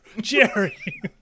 Jerry